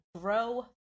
grow